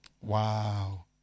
Wow